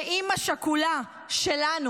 שאימא שכולה שלנו